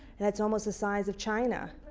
that's almost the size of china.